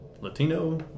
Latino